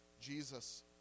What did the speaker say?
Jesus